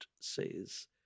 says